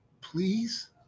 Please